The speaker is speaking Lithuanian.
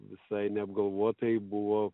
visai neapgalvotai buvo